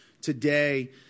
today